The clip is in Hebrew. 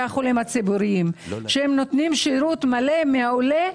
החולים הציבוריים שנותנים שירות מעולה.